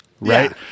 right